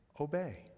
obey